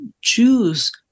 choose